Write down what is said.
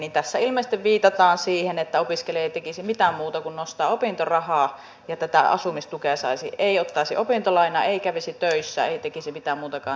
tässä ilmeisesti viitataan siihen että opiskelija ei tekisi mitään muuta kuin nostaisi opintorahaa ja tätä asumistukea saisi ei ottaisi opintolainaa ei kävisi töissä ei tekisi mitään muutakaan